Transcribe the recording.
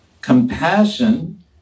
Compassion